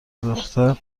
دختر